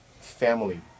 family